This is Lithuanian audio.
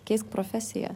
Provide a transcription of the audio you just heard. keisk profesiją